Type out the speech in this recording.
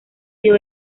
sido